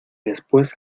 después